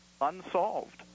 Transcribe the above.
unsolved